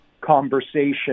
conversation